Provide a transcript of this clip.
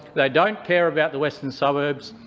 they don't care about the western suburbs.